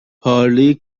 پارلی